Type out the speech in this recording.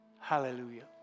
Hallelujah